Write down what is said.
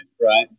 right